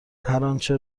هرآنچه